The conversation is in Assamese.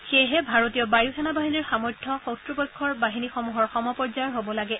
সেয়েহে ভাৰতীয় বায়ু সেনা বাহিনীৰ সামৰ্থ শক্ৰপক্ষৰ বাহিনীসমূহৰ সম পৰ্যায়ৰ হ'ব লাগে